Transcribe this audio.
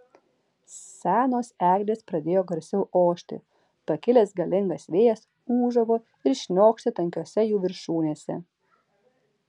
senos eglės pradėjo garsiau ošti pakilęs galingas vėjas ūžavo ir šniokštė tankiose jų viršūnėse